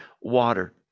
water